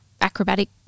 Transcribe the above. acrobatic